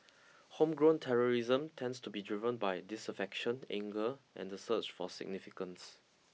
homegrown terrorism tends to be driven by disaffection anger and the search for significance